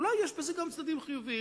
אולי יש בזה גם צדדים חיוביים.